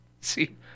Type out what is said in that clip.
See